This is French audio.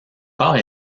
corps